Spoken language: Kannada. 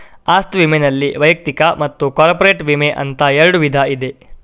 ಆಸ್ತಿ ವಿಮೆನಲ್ಲಿ ವೈಯಕ್ತಿಕ ಮತ್ತು ಕಾರ್ಪೊರೇಟ್ ವಿಮೆ ಅಂತ ಎರಡು ವಿಧ ಇದೆ